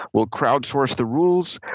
we'll crowd source the rules.